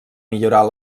millorar